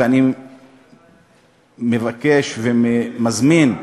ואני מבקש ומזמין,